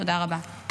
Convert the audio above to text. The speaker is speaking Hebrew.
תודה רבה.